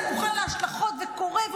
אני מוכן להשלכות, וקורא.